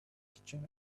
kitchen